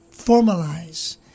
formalize